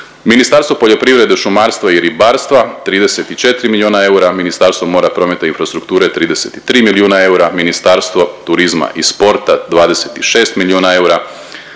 Ministarstvo poljoprivrede, šumarstva i ribarstva 34 milijuna eura, Ministarstvo mora, prometa i infrastrukture 33 milijuna eura, Ministarstvo turizma i sporta 26 milijuna eura,